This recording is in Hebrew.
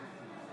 בעד רון כץ,